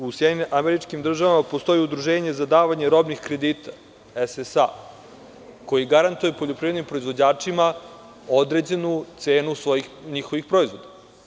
U SAD postoji udruženje za davanje robnih kredita SSA, koji garantuje poljoprivrednim proizvođačima određenu cenu njihovih proizvoda.